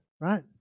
right